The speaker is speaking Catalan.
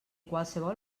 qualsevol